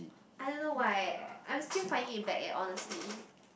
I don't know why eh I'm still finding it back eh honestly